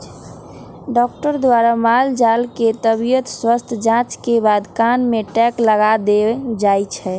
doctor द्वारा माल जाल के तबियत स्वस्थ जांच के बाद कान में टैग लगा देल जाय छै